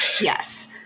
yes